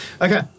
Okay